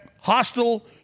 Hostile